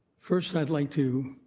first, i'd like to